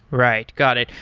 right. got it.